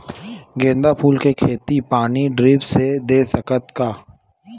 गेंदा फूल के खेती पानी ड्रिप से दे सकथ का?